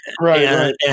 right